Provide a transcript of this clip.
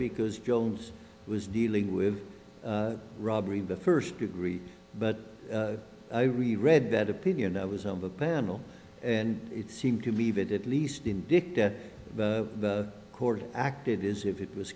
because joel was dealing with robbery in the first degree but i really read that opinion i was on the panel and it seemed to leave it at least in the court acted as if it was